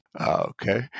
Okay